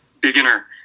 beginner